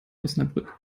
osnabrück